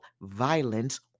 violence